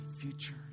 future